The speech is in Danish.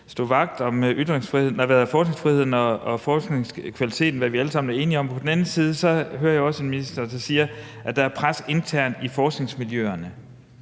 stå vagt om forskningsfriheden og forskningskvaliteten, hvad vi alle sammen er enige om. På den anden side hører jeg også ministeren sige, at der er pres internt i forskningsmiljøerne.